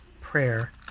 prayer